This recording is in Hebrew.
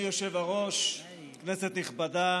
אדוני היושב-ראש, כנסת נכבדה,